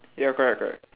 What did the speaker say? ya correct correct